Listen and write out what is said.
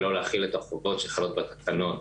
ולא להחיל את --- שחלות בתקנות